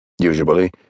usually